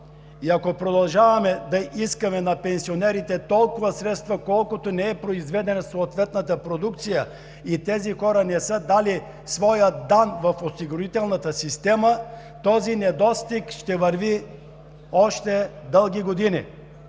и ако продължаваме да искаме на пенсионерите толкова средства, колкото не е произведена съответната продукция и тези хора не са дали своя дан в осигурителната система, този недостиг ще върви още дълги години.